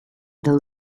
the